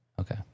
Okay